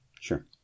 sure